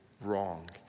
wrong